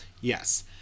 yes